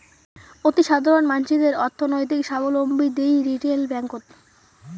অতিসাধারণ মানসিদের অর্থনৈতিক সাবলম্বী দিই রিটেল ব্যাঙ্ককোত